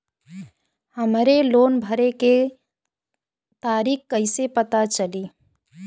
हमरे लोन भरे के तारीख कईसे पता चली?